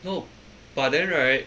no but then right